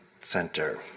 Center